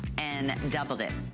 and doubled it.